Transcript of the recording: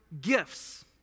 gifts